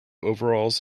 overalls